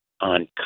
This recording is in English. on